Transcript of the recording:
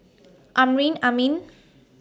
Amrin Amin